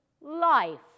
life